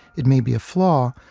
it may be a flaw,